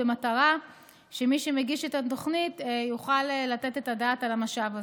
כדי שמי שמגיש את התוכנית יוכל לתת את הדעת על המשאב הזה.